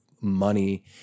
money